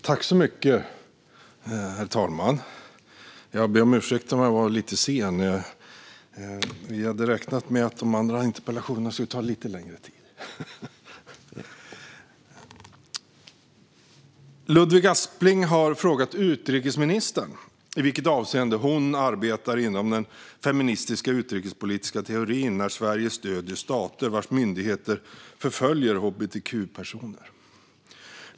Herr talman! Jag ber om ursäkt för att jag var lite sen; vi hade räknat med att de andra interpellationerna skulle ta lite längre tid. Ludvig Aspling har frågat utrikesministern i vilket avseende hon arbetar inom den feministiska utrikespolitiska teorin när Sverige stöder stater vars myndigheter förföljer hbtq-personer.